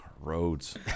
Roads